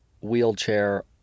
wheelchair